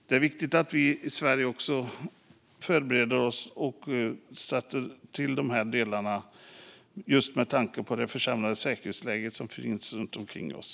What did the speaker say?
Det är viktigt att vi i Sverige förbereder oss och skjuter till dessa delar, med tanke på det försämrade säkerhetsläget runt omkring oss.